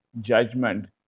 Judgment